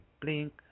blink